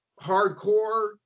hardcore